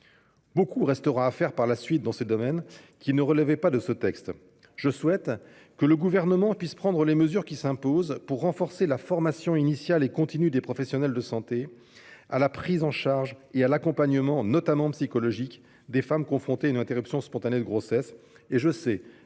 Beaucoup restera à faire par la suite, dans des domaines qui ne relevaient pas de ce texte. Ainsi, je souhaite que le Gouvernement puisse prendre les mesures qui s'imposent pour renforcer la formation initiale et continue des professionnels de santé à la prise en charge et à l'accompagnement, notamment psychologique, des femmes confrontées à une interruption spontanée de grossesse.